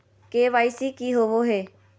KYC की होबो है?